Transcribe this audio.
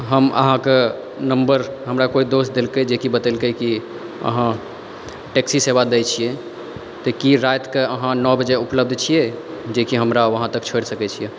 हम अहाँके नम्बर हमरा कोइ दोस्त देलकै जे कि बतेलकै कि अहाँ टेक्सी सेवा दै छियै तऽ की राति कऽ अहाँ नओ बजे उपलब्ध छियै जे कि हमरा वहाॅं तक छोड़ि सकै छियै